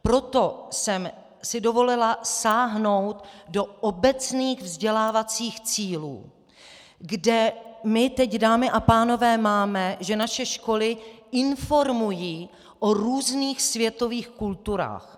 Proto jsem si dovolila sáhnout do obecných vzdělávacích cílů, kde my teď, dámy a pánové, máme, že naše školy informují o různých světových kulturách.